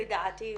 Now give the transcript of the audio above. לדעתי,